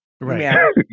Right